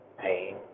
pain